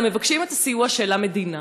אלא מבקשים את הסיוע של המדינה,